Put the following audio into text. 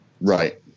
Right